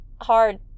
hard